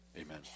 Amen